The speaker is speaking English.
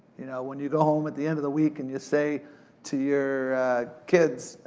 you know? when you go home at the end of the week and you say to your kids,